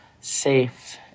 safe